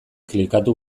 klikatu